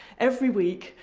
every week,